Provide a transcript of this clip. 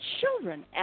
children